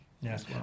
yes